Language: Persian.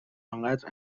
آنقدر